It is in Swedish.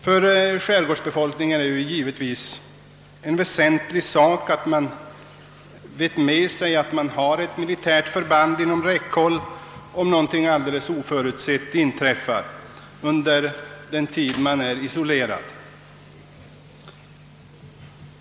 För skärgårdsbefolkningen är det givetvis en väsentlig sak, att man vet med sig att det finns ett militärt förband inom räckhåll, om något oförutsett skulle inträffa under den tid man är isolerad.